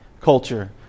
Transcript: culture